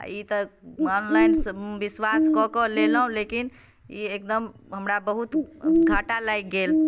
आ ई तऽ ऑनलाइन विश्वास कऽ कऽ लेलहुँ लेकिन ई एकदम हमरा बहुत घाटा लागि गेल